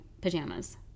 pajamas